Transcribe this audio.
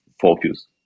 focus